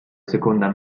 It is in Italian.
seconda